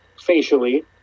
facially